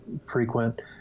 frequent